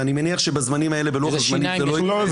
ואני מניח שבלוח-הזמנים הזה זה לא יקרה --- איזה שיניים יש?